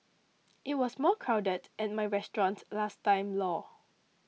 it was more crowded at my restaurant last time lor